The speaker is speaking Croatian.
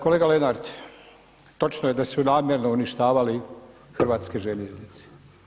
Kolega Lenart točno je da su namjerno uništavali hrvatske željeznice.